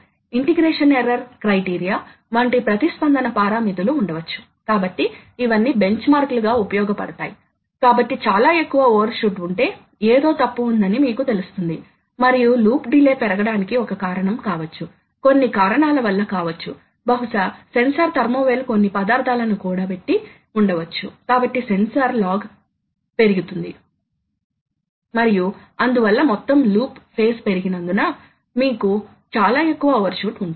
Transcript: కానీ ఉత్తమమైన మరియు అత్యంత ఖచ్చితమైన డ్రైవ్లు అన్నీ సహజంగానే అవి క్లోజ్డ్ లూప్ డ్రైవ్లు కాబట్టి మీకు సాధారణ మోటర్ ఉంది అనుకోండి అయితే ఇది AC లేదా DC కావచ్చు లేదా కొన్నిసార్లు మనకు తెలిసిన BLDC అయి ఉండవచ్చు ఇది వాస్తవానికి ఒక AC మోటర్ కానీ ఇది DC మోటర్ లాగ ప్రవర్తిస్తుంది కాబట్టి ఇది రెండు కవాటాల యొక్క ప్రయోజనాలను కలిగి ఉంటుంది